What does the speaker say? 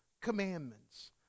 commandments